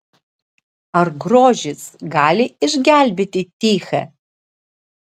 ar grožis gali išgelbėti tichę